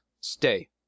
stay